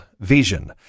vision